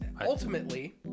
ultimately